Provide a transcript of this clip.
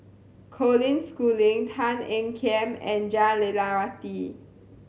Colin Schooling Tan Ean Kiam and Jah Lelawati